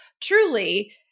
truly